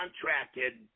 contracted